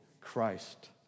Christ